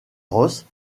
rosse